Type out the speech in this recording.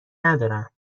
ندارم